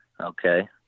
Okay